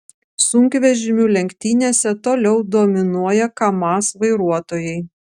sunkvežimių lenktynėse toliau dominuoja kamaz vairuotojai